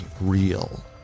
real